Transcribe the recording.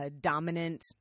dominant